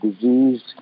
diseased